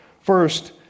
First